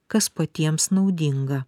kas patiems naudinga